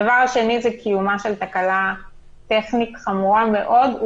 הדבר השני זה קיומה של תקלה טכנית חמורה מאוד,